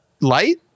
Light